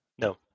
No